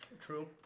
True